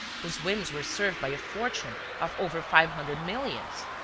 whose whims were served by a fortune of over five hundred millions.